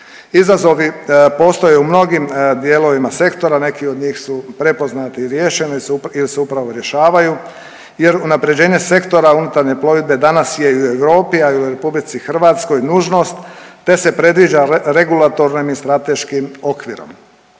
Izazovi postoje u mnogih dijelovima sektora, neki od njih su prepoznati i riješeni ili se upravo rješavaju jer unaprjeđenje sektora unutarnje plovidbe danas je i u Europi i u RH nužnost te se predviđa regulatornim i strateškim okvirom.